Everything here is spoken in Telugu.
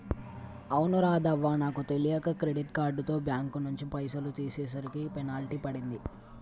అవును రాధవ్వ నాకు తెలియక క్రెడిట్ కార్డుతో బ్యాంకు నుంచి పైసలు తీసేసరికి పెనాల్టీ పడింది